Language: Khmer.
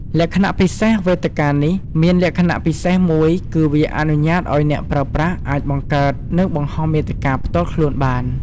លក្ខណៈពិសេស វេទិកានេះមានលក្ខណៈពិសេសមួយគឺវា អនុញ្ញាតឲ្យអ្នកប្រើប្រាស់អាចបង្កើត និងបង្ហោះមាតិកា ផ្ទាល់ខ្លួនបាន។